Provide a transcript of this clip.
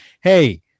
hey